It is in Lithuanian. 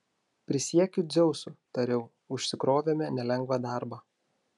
prisiekiu dzeusu tariau užsikrovėme nelengvą darbą